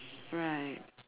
right